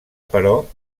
però